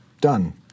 Done